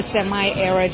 Semi-Arid